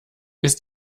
ist